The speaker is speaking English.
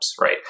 right